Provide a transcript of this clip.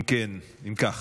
אם כך,